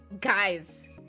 guys